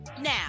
now